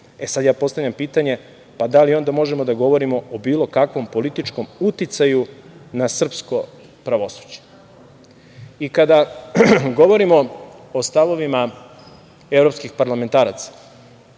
E, sada ja postavljam pitanje da li onda možemo da govorimo o bilo kakvom političkom uticaju na srpsko pravosuđe? Kada govorimo o stavovima evropskih parlamentaraca,